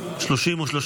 1 לחלופין סז לא נתקבלה.